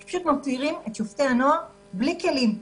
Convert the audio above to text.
פשוט משאירים את שופטי הנוער בלי כלים,